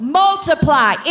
multiply